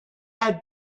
had